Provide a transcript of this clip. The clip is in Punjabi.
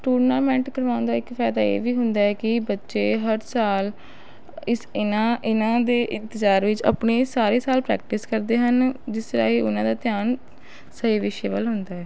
ਟੂਰਨਾਮੈਂਟ ਕਰਵਾਉਣ ਦਾ ਇੱਕ ਫਾਇਦਾ ਇਹ ਵੀ ਹੁੰਦਾ ਹੈ ਕਿ ਬੱਚੇ ਹਰ ਸਾਲ ਇਸ ਇਨ੍ਹਾਂ ਇਨ੍ਹਾਂ ਦੇ ਇੰਤਜ਼ਾਰ ਵਿੱਚ ਆਪਣੀ ਸਾਰਾ ਸਾਲ ਪ੍ਰੈਕਟਿਸ ਕਰਦੇ ਹਨ ਜਿਸ ਰਾਹੀਂ ਉਨ੍ਹਾਂ ਦਾ ਧਿਆਨ ਸਹੀ ਵਿਸ਼ੇ ਵੱਲ ਹੁੰਦਾ ਹੈ